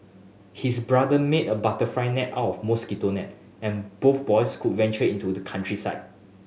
his brother made a butterfly net out of mosquito net and both boys could venture into the countryside